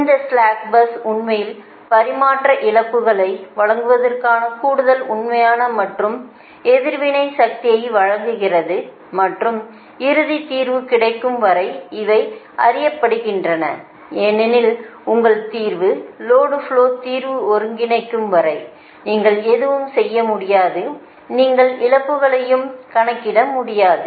இந்த slack bus உண்மையில் பரிமாற்ற இழப்புகளை வழங்குவதற்கான கூடுதல் உண்மையான மற்றும் எதிர்வினை சக்தியை வழங்குகிறது மற்றும் இறுதி தீர்வு கிடைக்கும் வரை இவை அறியப்படுகின்றன ஏனெனில் உங்கள் தீர்வு லோடு ஃப்லோ தீர்வு ஒன்றிணைக்கும் வரை நீங்கள் எதுவும் செய்ய முடியாது நீங்கள் இழப்புகளையும் கணக்கிட முடியாது